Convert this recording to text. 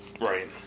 Right